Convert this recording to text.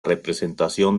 representación